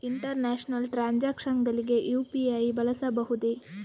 International transactions ಗಳಿಗೆ UPI ಬಳಸಬಹುದೇ?